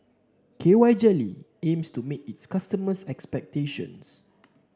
K Y Jelly aims to meet its customers' expectations